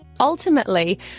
Ultimately